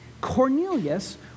Cornelius